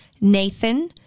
Nathan